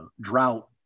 drought